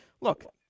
look –